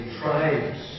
tribes